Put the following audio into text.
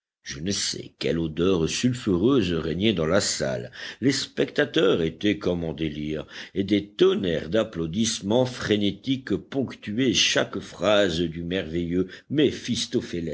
je ne sais quelle odeur sulfureuse régnait dans la salle les spectateurs étaient comme en délire et des tonnerres d'applaudissements frénétiques ponctuaient chaque phrase du merveilleux